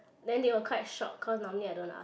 then they were quite shocked because normally I don't ask